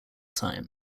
time